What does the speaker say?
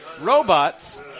robots